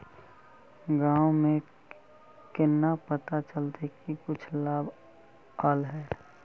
गाँव में केना पता चलता की कुछ लाभ आल है?